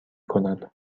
کند